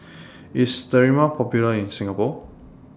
IS Sterimar Popular in Singapore